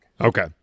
okay